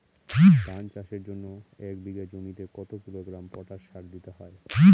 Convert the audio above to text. ধান চাষের জন্য এক বিঘা জমিতে কতো কিলোগ্রাম পটাশ সার দিতে হয়?